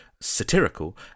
satirical